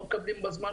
לא מקבלים בזמן,